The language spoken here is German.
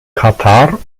katar